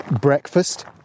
breakfast